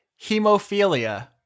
hemophilia